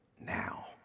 now